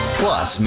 plus